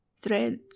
Threads